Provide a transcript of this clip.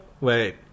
Wait